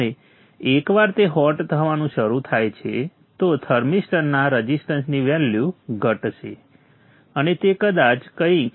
અને એકવાર તે હોટ થવાનું શરૂ થાય છે તો થર્મિસ્ટરના રઝિસ્ટન્સની વેલ્યુ ઘટશે અને તે કદાચ કંઈક 0